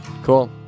Cool